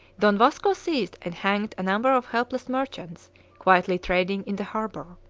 don vasco seized and hanged a number of helpless merchants quietly trading in the harbour.